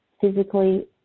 physically